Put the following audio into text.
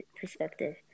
perspective